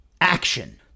action